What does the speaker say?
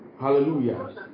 Hallelujah